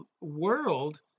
world